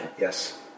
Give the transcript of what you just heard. Yes